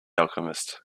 alchemist